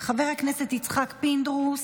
חבר הכנסת יצחק פינדרוס,